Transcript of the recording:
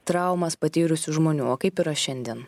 traumas patyrusių žmonių o kaip yra šiandien